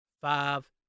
five